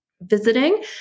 visiting